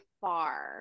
far